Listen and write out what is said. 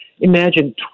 Imagine